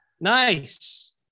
Nice